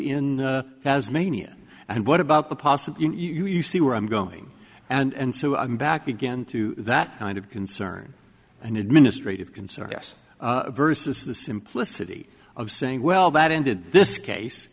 in as mania and what about the possible in you you see where i'm going and so i'm back again to that kind of concern and administrative concern us versus the simplicity of saying well that ended this case